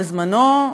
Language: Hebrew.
בזמנה,